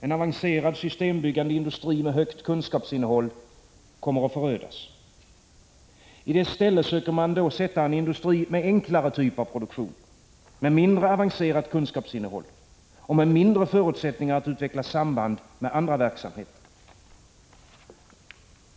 En avancerad systembyggande industri med högt kunskapsinnehåll skall förödas. I dess ställe söker man sätta en industri med enklare typ av produktion, med mindre avancerat kunskapsinnehåll och med mindre förutsättningar att utveckla samband med andra verksamheter.